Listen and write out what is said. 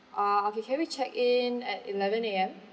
uh okay can we check in at eleven A_M